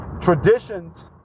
traditions